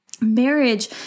Marriage